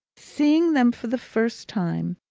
seeing them for the first time,